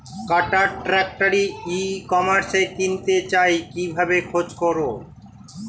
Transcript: কাটার tractor ই কমার্সে কিনতে চাই কিভাবে খোঁজ করো?